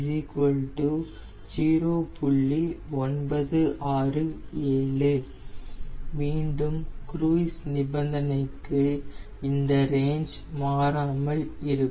967 மீண்டும் குரூய்ஸ் நிபந்தனைக்கு இந்த ரேஞ் மாறாமல் இருக்கும்